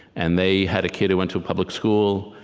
and they had a kid who went to a public school,